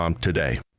Today